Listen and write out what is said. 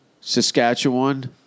Saskatchewan